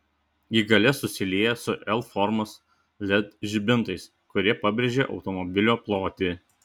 ji gale susilieja su l formos led žibintais kurie pabrėžia automobilio plotį